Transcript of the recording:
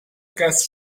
gas